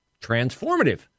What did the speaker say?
transformative